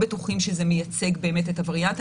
שזה מייצג באמת את הווריאנט.